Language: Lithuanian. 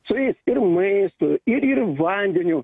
su jais ir maistu ir ir vandeniu